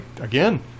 again